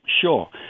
sure